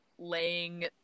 laying